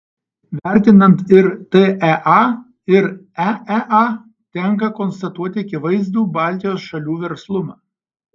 vertinant ir tea ir eea tenka konstatuoti akivaizdų baltijos šalių verslumą